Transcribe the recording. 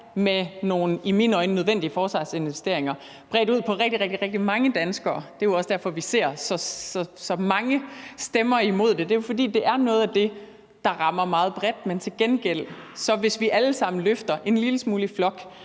med nogle i mine øjne nødvendige forsvarsinvesteringer, hvor det er bredt ud på rigtig, rigtig mange danskere. Det er jo også derfor, vi hører så mange stemmer imod det; det er, fordi det er noget, der rammer meget bredt, men hvis vi til gengæld alle sammen løfter en lille smule i flok,